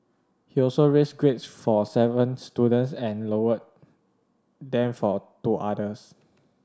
he also raised grades for seven students and lowered them for two others